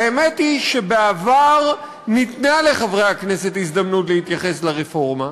האמת היא שבעבר ניתנה לחברי הכנסת הזדמנות להתייחס לרפורמה,